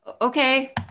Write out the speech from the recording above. Okay